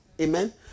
Amen